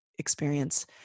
experience